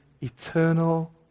eternal